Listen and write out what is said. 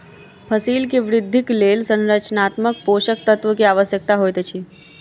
फसिल के वृद्धिक लेल संरचनात्मक पोषक तत्व के आवश्यकता होइत अछि